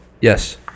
Yes